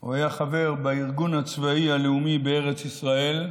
הוא היה חבר בארגון הצבאי הלאומי בארץ ישראל,